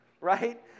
right